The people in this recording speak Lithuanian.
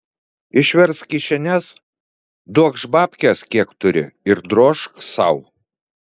išversk kišenes duokš babkes kiek turi ir drožk sau